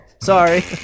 Sorry